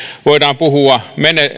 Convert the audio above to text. voidaan puhua